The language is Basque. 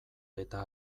eta